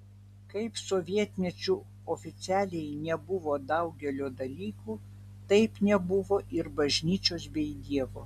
kaip sovietmečiu oficialiai nebuvo daugelio dalykų taip nebuvo ir bažnyčios bei dievo